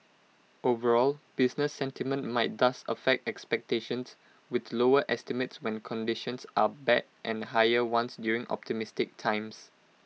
overall business sentiment might thus affect expectations with lower estimates when conditions are bad and higher ones during optimistic times